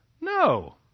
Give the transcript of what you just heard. No